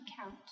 count